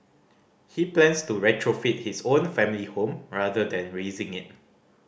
he plans to retrofit his own family home rather than razing it